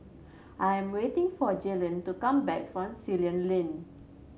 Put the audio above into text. I am waiting for Jaylon to come back from Ceylon Lane